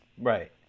Right